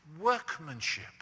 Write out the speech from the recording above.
workmanship